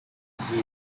zero